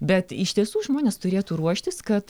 bet iš tiesų žmonės turėtų ruoštis kad